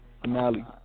finale